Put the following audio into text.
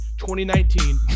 2019